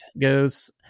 goes